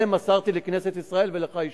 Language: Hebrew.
אלה מסרתי לכנסת ישראל ולך אישית.